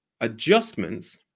adjustments